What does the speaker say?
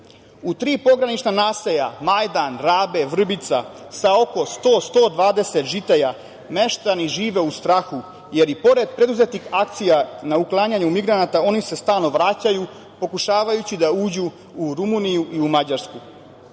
tri pogranična naselja, Majdan, Rabe, Vrbica, sa oko 100-120 žitelja, meštani žive u strahu, jer i pored preduzetih akcija na uklanjanju migranta, oni se stalno vraćaju pokušavajući da uđu u Rumuniju i u Mađarsku.U